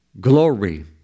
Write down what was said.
glory